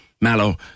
Mallow